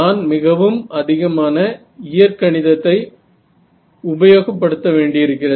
நான் மிகவும் அதிகமான இயற் கணிதத்தை உபயோகப் படுத்த வேண்டி இருக்கிறது